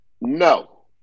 No